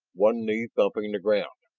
one knee thumping the ground.